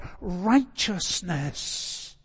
righteousness